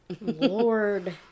lord